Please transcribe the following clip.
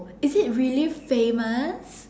is it really famous